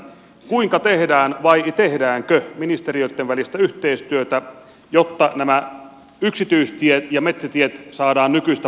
kuinka tehdään vai tehdäänkö ministeriöitten välistä yhteistyötä jotta nämä yksityistiet ja metsätiet saadaan nykyistä parempaan kuntoon